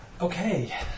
Okay